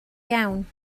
iawn